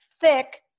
thick